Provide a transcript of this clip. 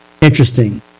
Interesting